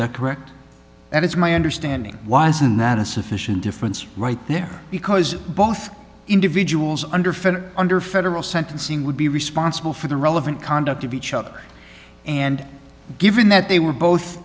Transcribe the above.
the correct and it's my understanding why isn't that a sufficient difference right there because both individuals under federal under federal sentencing would be responsible for the relevant conduct of each other and given that they were both